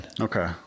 Okay